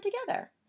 together